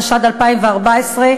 התשע"ד 2014,